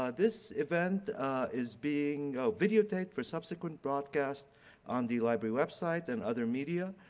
ah this event is being videotaped for subsequent broadcast on the library website and other media.